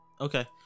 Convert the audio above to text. Okay